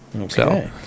Okay